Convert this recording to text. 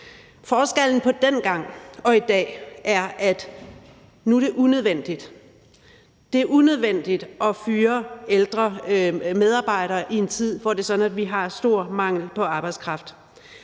Forskellen på dengang og i dag er, at nu er det unødvendigt. Det er unødvendigt at fyre ældre medarbejdere i en tid, hvor det er sådan, at vi har stor mangel på arbejdskraft.